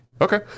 Okay